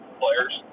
players